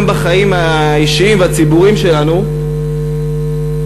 גם בחיים האישיים והציבוריים שלנו יש